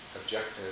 objective